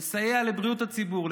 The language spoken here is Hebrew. לסייע לבריאות הציבור,